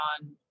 on